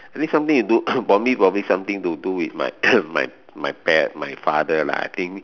I think something to do for me probably something to do with my my my pare~ my father lah I think